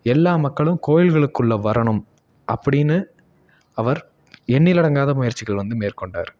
எல்லா மக்களும் கோயில்களுக்குள்ளே வரணும் அப்படின்னு அவர் எண்ணில் அடங்காத முயற்சிகள் வந்து மேற்கொண்டார்